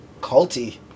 culty